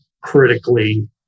critically